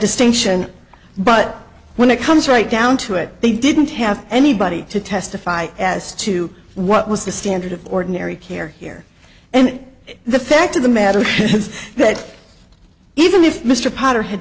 distinction but when it comes right down to it they didn't have anybody to testify as to what was the standard of ordinary care here and the fact of the matter is that even if mr potter had